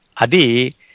Adi